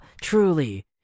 truly